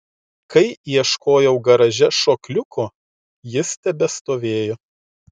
kai ieškojau garaže šokliuko jis tebestovėjo